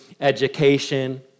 education